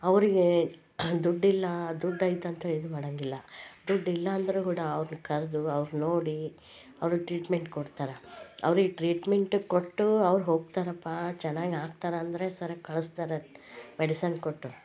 ಅವ್ರಿವರಿ ದುಡ್ಡಿಲ್ಲ ದುಡ್ಡು ಇದೆ ಅಂತ ಏನು ಮಾಡೋಂಗಿಲ್ಲ ದುಡ್ಡು ಇಲ್ಲಾಂದರು ಕೂಡ ಅವ್ರನ್ನು ಕರೆದು ಅವ್ರನ್ನು ನೋಡಿ ಅವ್ರಿಗೆ ಟ್ರೀಟ್ಮೆಂಟ್ ಕೊಡ್ತಾರೆ ಅವ್ರಿಗೆ ಟ್ರೀಟ್ಮೆಂಟ್ ಕೊಟ್ಟು ಅವ್ರು ಹೋಗ್ತಾರಪ್ಪಾ ಚೆನ್ನಾಗ್ ಆಗ್ತಾರೆ ಅಂದರೆ ಸರಿ ಕಳಿಸ್ತಾರೆ ಮೆಡಿಸನ್ ಕೊಟ್ಟು